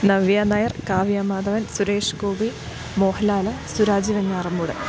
നവ്യാനയർ Kavya Madhavan Suresh Gopi Mohanlal Suraj Venjaramoodu